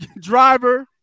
driver